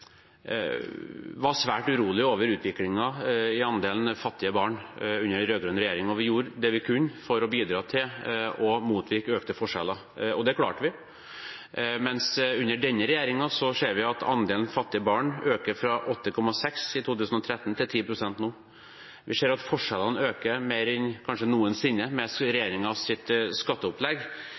var svært urolig over utviklingen i andelen fattige barn under den rød-grønne regjeringen, og vi gjorde det vi kunne for å bidra til å motvirke økte forskjeller. Det klarte vi, mens under denne regjeringen ser vi at andelen fattige barn øker fra 8,6 pst. i 2013 til 10 pst. nå. Vi ser at forskjellene øker mer enn noensinne med